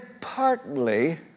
partly